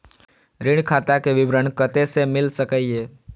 ऋण खाता के विवरण कते से मिल सकै ये?